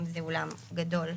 אם זה אולם גדול,